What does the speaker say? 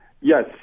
yes